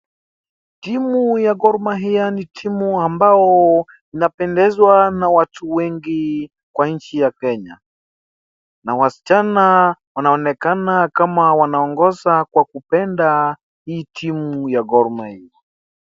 Timu ya Gor Mahia ni timu ambao lapendezwa na watu wengi kwa nchi ya Kenya, na wasichana wanaonekana kama wanaongoza kwa kupenda hii timu ya Gor Mahia.